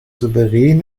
souverän